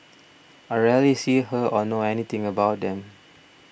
I rarely see her or know anything about them